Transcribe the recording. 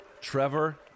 Trevor